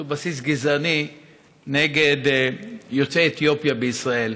שהוא בסיס גזעני נגד יוצאי אתיופיה בישראל.